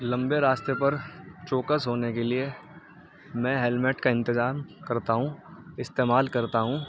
لمبے راستے پر چوکس ہونے کے لیے میں ہیلمیٹ کا انتظام کرتا ہوں استعمال کرتا ہوں